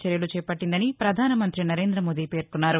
చర్యలు చేపట్టిందని పధాన మంతి నరేంద మోదీ పేర్కొన్నారు